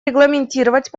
регламентировать